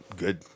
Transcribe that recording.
good